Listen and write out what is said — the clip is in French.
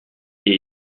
est